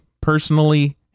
personally